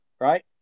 Right